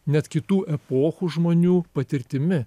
net kitų epochų žmonių patirtimi